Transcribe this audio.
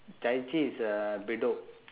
chai chee is uh bedok